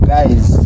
Guys